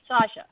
Sasha